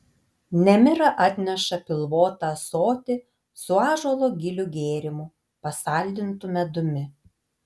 nemira atneša pilvotą ąsotį su ąžuolo gilių gėrimu pasaldintu medumi